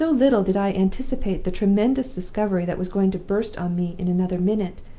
so little did i anticipate the tremendous discovery that was going to burst on me in another minute,